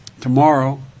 Tomorrow